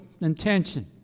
intention